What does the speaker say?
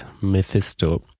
Mephisto